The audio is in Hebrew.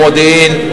במודיעין,